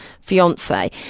fiance